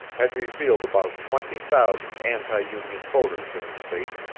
had revealed about twenty thousand anti-union voters in the state,